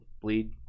bleed